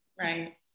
Right